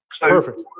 Perfect